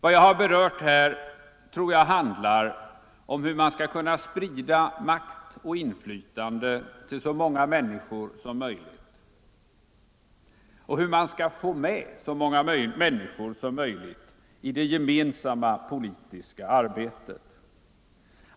Vad jag har berört här tror jag handlar om hur man skall kunna sprida makt och inflytande till så många människor som möjligt och hur man skall få med så många människor som möjligt i det gemensamma politiska arbetet.